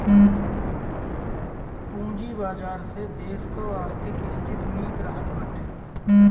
पूंजी बाजार से देस कअ आर्थिक स्थिति निक रहत बाटे